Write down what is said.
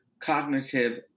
cognitive